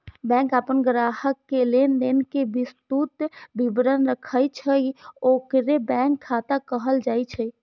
bank अपन ग्राहक के लेनदेन के विस्तृत विवरण राखै छै, ओकरे बैंक खाता कहल जाइ छै